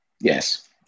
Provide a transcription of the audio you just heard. Yes